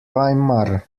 weimar